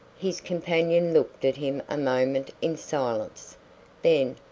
his companion looked at him a moment in silence then,